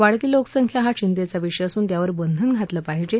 वाढती लोकसंख्या हा चिंतेचा विषय असून त्यावर बंधन घातलं पाहिजे